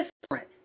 different